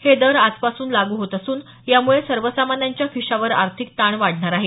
हे दर आजपासून लागू होत असून यामुळे सर्वसामान्यांच्या खिशावर आर्थिक ताण वाढणार आहे